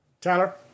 Tyler